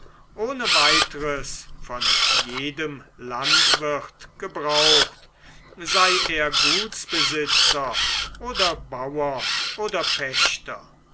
ohne weiteres von jedem landwirt gebraucht sei er gutsbesitzer oder bauer oder pächter